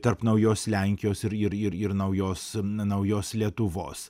tarp naujos lenkijos ir ir naujos naujos lietuvos